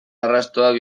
arrastoak